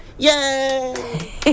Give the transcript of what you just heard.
Yay